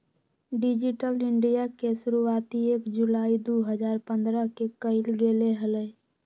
digital India के शुरुआती एक जुलाई दु हजार पन्द्रह के कइल गैले हलय